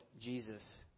Jesus